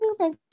Okay